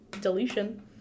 deletion